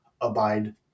abide